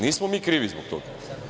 Nismo mi krivi zbog toga.